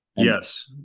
yes